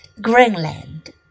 Greenland